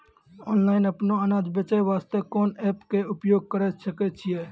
Online अपनो अनाज बेचे वास्ते कोंन एप्प के उपयोग करें सकय छियै?